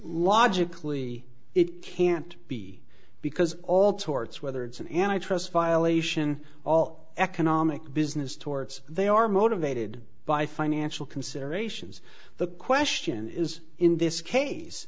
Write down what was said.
logically it can't be because all torts whether it's an antitrust violation all economic business torts they are motivated by financial considerations the question is in this case